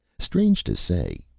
strange to say,